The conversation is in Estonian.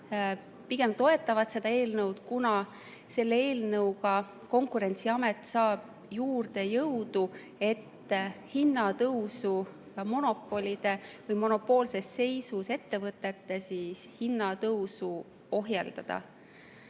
pigem toetavad seda, kuna selle eelnõuga Konkurentsiamet saab juurde jõudu, et ka monopolide või monopoolses seisus ettevõtete hindade tõstmist ohjeldada.